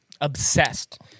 Obsessed